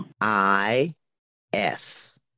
I-S